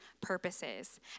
purposes